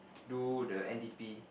do the n_d_p